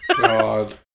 God